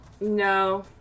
no